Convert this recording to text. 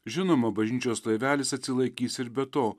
žinoma bažnyčios laivelis atsilaikys ir be to